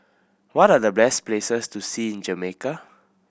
what are the best places to see in Jamaica